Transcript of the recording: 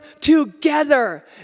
together